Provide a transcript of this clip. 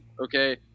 Okay